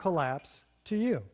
collapse to you